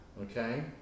okay